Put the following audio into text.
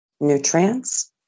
nutrients